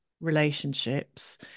relationships